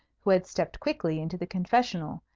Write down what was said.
who had stepped quickly into the confessional,